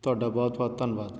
ਤੁਹਾਡਾ ਬਹੁਤ ਬਹੁਤ ਧੰਨਵਾਦ